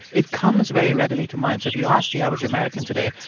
it comes very readily to mind. so if you ask the average american today,